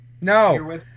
No